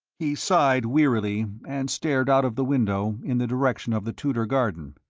he sighed wearily, and stared out of the window in the direction of the tudor garden.